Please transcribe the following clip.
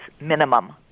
minimum